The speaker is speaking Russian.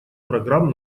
программ